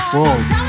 Whoa